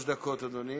שלוש דקות, אדוני.